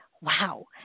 wow